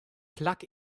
plug